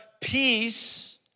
peace